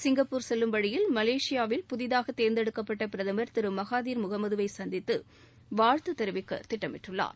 Singapore செல்லும் வழியில் மலேசியாவில் புதிதாக தேர்ந்தெடுக்கப்பட்ட பிரதமர் திரு மகாதீர் முகமதுவை சந்தித்து வாழ்த்துத் தெரிவிக்க திட்டமிட்டுள்ளார்